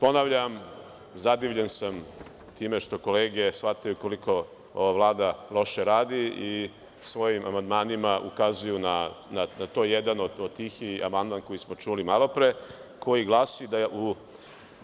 Ponavljam, zadivljen sam time što kolege shvataju koliko ova Vlada loše radi i svojim amandmanima ukazuju i jedan od tih je i amandman koji smo čuli malopre, koji glasi